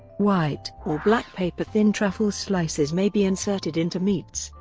white or black paper-thin truffle slices may be inserted into meats,